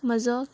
म्हजो